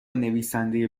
نویسنده